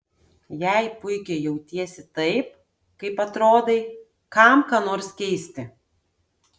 jei puikiai jautiesi taip kaip atrodai kam ką nors keisti